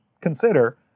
consider